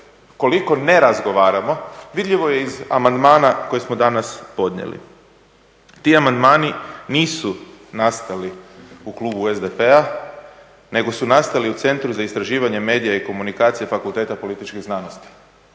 koliko ne razgovaramo vidljivo je iz amandmana koje smo danas podnijeli. Ti amandmani nisu nastali u klubu SDP-a nego su nastali u Centru za istraživanje medija i komunikacije Fakulteta političkih znanosti